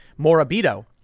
Morabito